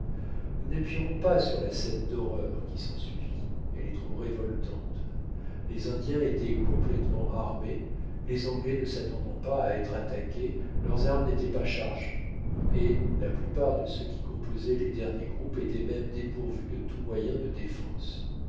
nous n'appuierons pas sur la scène d'horreur qui s'ensuivit elle est trop révoltante les indiens étaient complètement armés les anglais ne s'attendant pas à être attaqués leurs armes n'étaient pas chargées et la plupart de ceux qui composaient les derniers groupes étaient même dépourvus de tous moyens de défense